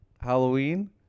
Halloween